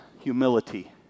humility